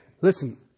listen